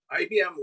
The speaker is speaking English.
IBM